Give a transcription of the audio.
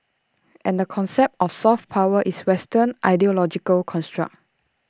and the concept of soft power is western ideological construct